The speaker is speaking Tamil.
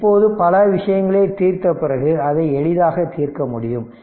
இப்போது பல விஷயங்களைத் தீர்த்த பிறகு அதை எளிதாக தீர்க்க முடியும்